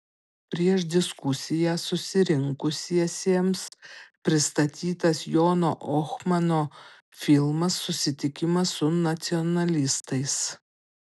prieš diskusiją susirinkusiesiems pristatytas jono ohmano filmas susitikimas su nacionalistais